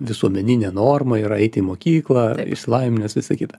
visuomeninė norma yra eiti į mokyklą išsilavinimas visa kita